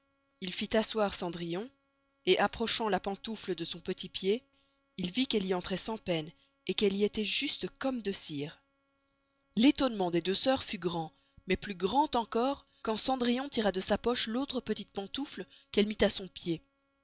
il fit asseoir cendrillon et approchant la pentoufle de son petit pied il vit qu'elle y entroit sans peine et qu'elle y estoit juste comme de cire l'étonnement des deux sœurs fut grand mais plus grand encore quand cendrillon tira de sa poche l'autre petite pentoufle qu'elle mit à son pied